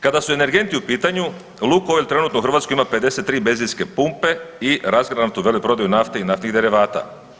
Kada su energenti u pitanju, Lukoil trenutno u Hrvatskoj ima 53 benzinske pumpe i razgranatu veleprodaju nafte i naftnih derivata.